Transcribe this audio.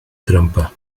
trampa